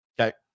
okay